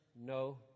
No